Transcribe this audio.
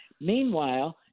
Meanwhile